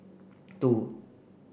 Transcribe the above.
two